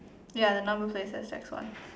ya the number plate says tax one